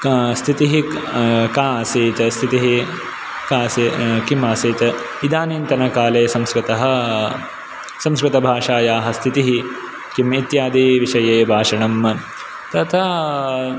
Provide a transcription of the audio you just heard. स्थितिः का आसीत् स्थितिः कासी किम् आसीत् इदानीन्तनकाले संस्कृतः संस्कृतभाषायाः स्थितिः किम् इत्यादिविषये भाषणं तथा